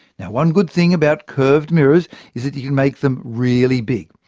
one good thing about curved mirrors is that you can make them really big.